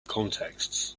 contexts